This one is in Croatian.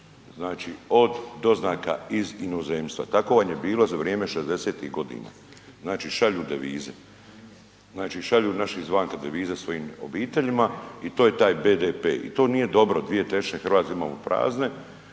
znači od doznaka iz inozemstva. Tako vam je bilo za vrijeme 60-tih godina. Znači šalju devize, znači šalju naši iz vanka devize svojim obiteljima i to je taj BDP i to nije dobro, 2/3 Hrvatske imamo prazne